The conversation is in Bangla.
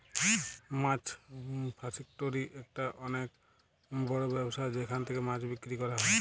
মাছ ফাসিকটোরি একটা অনেক বড় ব্যবসা যেখান থেকে মাছ বিক্রি করা হয়